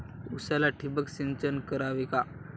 उसाला ठिबक सिंचन करावे का?